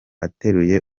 ateruye